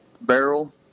barrel